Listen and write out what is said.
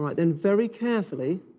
like then very carefully,